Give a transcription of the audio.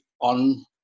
on